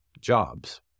jobs